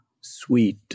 sweet